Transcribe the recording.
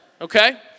Okay